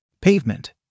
Pavement